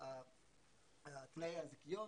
תנאי הזיכיון.